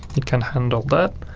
it can handle that.